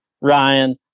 Ryan